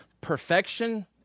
perfection